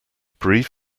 brief